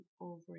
over